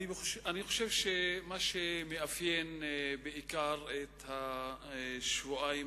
אני חושב שמה שמאפיין בעיקר את השבועיים